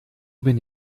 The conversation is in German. bin